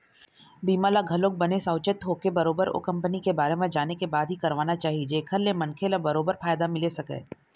बीमा ल घलोक बने साउचेत होके बरोबर ओ कंपनी के बारे म जाने के बाद ही करवाना चाही जेखर ले मनखे ल बरोबर फायदा मिले सकय